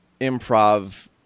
improv